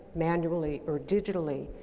manually or digitally,